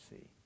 see